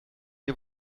ihr